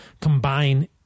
combine